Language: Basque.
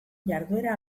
jarduera